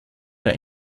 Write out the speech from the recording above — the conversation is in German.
der